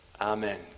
Amen